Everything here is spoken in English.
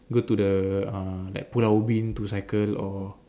go to the uh like Pulau-Ubin to cycle or